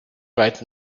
right